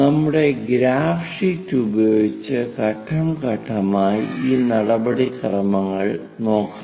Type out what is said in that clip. നമ്മുടെ graph sheet ഉപയോഗിച്ച് ഘട്ടം ഘട്ടമായി ആ നടപടിക്രമങ്ങൽ നോക്കാം